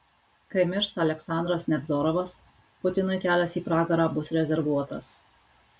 kai mirs aleksandras nevzorovas putinui kelias į pragarą bus rezervuotas